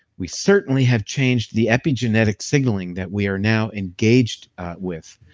we certainly have changed the epigenetic signaling that we are now engaged with.